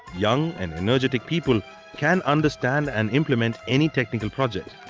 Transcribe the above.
young and energetic people can understand and implement any technical projects.